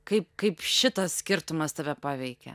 kaip kaip šitas skirtumas tave paveikė